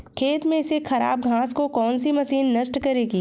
खेत में से खराब घास को कौन सी मशीन नष्ट करेगी?